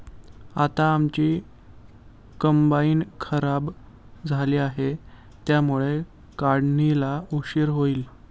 आता आमची कंबाइन खराब झाली आहे, त्यामुळे काढणीला उशीर होईल